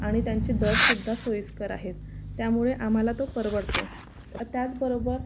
आणि त्यांचे दरसुद्धा सोयीस्कर आहेत त्यामुळे आम्हाला तो परवडतो त त्याचबरोबर